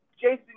Jason